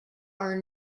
are